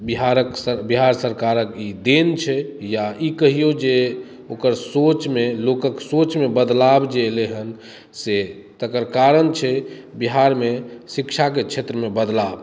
बिहारक सर बिहार सरकारक ई देन छै या ई कहियौ जे ओकर सोचमे लोकक सोचमे बदलाव जे एलै हेँ से तकर कारण छै बिहारमे शिक्षाके क्षेत्रमे बदलाव